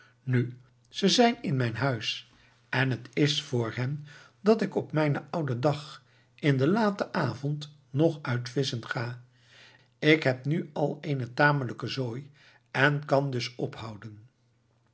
nu ze zijn in mijn huis en het is voor hen dat ik op mijnen ouden dag in den laten avond nog uit visschen ga ik heb nu nog al eene tamelijke zoô en kan dus ophouden